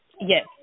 Yes